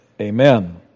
amen